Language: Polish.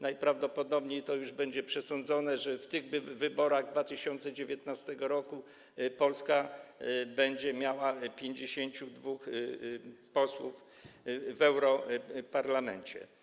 Najprawdopodobniej to już będzie przesądzone, że w wyborach w 2019 r. Polska będzie miała 52 posłów w europarlamencie.